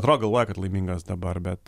atro galvoja kad laimingas dabar bet